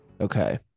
Okay